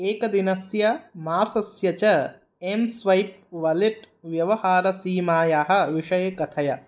एकदिनस्य मासस्य च एम् स्वैप् वलेट् व्यवहारसीमायाः विषये कथय